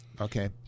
okay